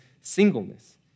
singleness